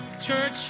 Church